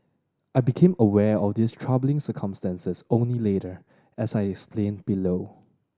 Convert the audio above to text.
I became aware of these troubling circumstances only later as I explain below